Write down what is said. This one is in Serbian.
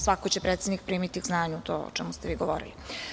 Svakako će predsednik primiti k znanju to o čemu ste vi govorili.